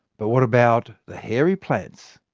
but what about the hairy plants?